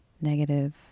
negative